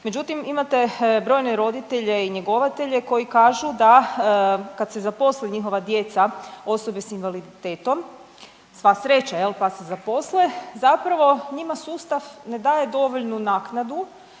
Međutim, imate brojne roditelje i njegovatelje koji kažu da kad se zaposle njihova djeca osoba s invaliditetom, sva sreća pa se zaposle, zapravo njima sustav ne daje dovoljnu naknadu,